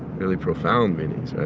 really profound meanings, right,